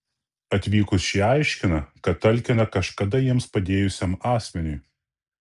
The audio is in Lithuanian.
atvykus šie aiškina kad talkina kažkada jiems padėjusiam asmeniui